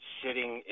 sitting